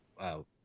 Wow